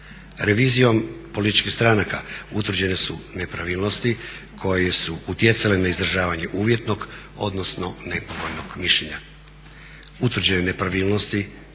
Revizijom političkih stranaka utvrđene su nepravilnosti koje su utjecale na izdržavanje uvjetnog odnosno nepovoljnog mišljenja.